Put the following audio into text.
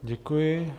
Děkuji.